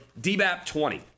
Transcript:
DBAP20